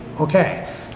okay